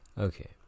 Okay